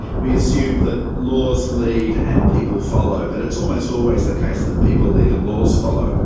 we assume that laws lead and people follow, but it's almost always the case that people lead and laws follow.